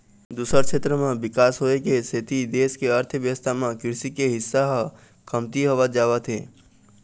दूसर छेत्र म बिकास होए के सेती देश के अर्थबेवस्था म कृषि के हिस्सा ह कमती होवत जावत हे